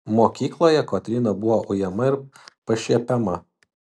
mokykloje kotryna buvo ujama ir pašiepiama